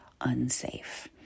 unsafe